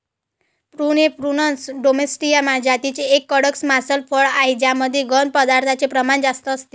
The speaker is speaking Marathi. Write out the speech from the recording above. प्रून हे प्रूनस डोमेस्टीया जातीचे एक कडक मांसल फळ आहे ज्यामध्ये घन पदार्थांचे प्रमाण जास्त असते